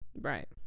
right